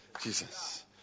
Jesus